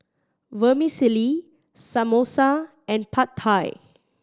Vermicelli Samosa and Pad Thai